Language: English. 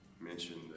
mentioned